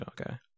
okay